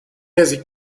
yazık